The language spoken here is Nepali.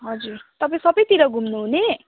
हजुर तपाईँ सबैतिर घुम्नुहुने